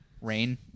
rain